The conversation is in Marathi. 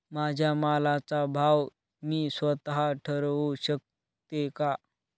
माझ्या मालाचा भाव मी स्वत: ठरवू शकते का?